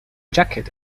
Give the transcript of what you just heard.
jacket